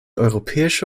europäische